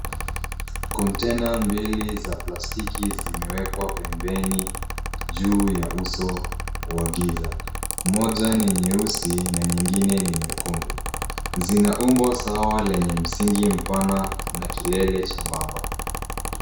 Kontena mbili za plastiki zimewekwa pembeni juu ya uso wa giza. Moja ni nyeusi na nyingine ni nyekundu. Zina umbo sawa lenye msingi mpana na kilele chembamba.